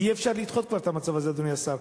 אי-אפשר לדחות את זה עוד, אדוני השר.